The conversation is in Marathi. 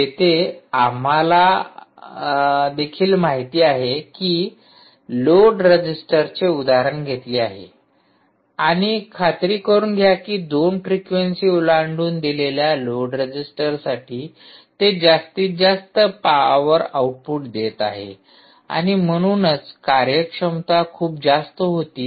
जेथे आम्हाला देखील माहित आहे की लोड रेझिस्टरचे उदाहरण घेतले आहे आणि खात्री करुन घ्या की 2 फ्रिक्वेन्सी ओलांडून दिलेल्या लोड रेझिस्टर साठीते जास्तीत जास्त पॉवर आउटपुट देत आहे आणि म्हणूनच कार्यक्षमता खूप जास्त होती